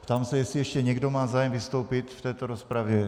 Ptám se, jestli ještě někdo má zájem vystoupit v této rozpravě.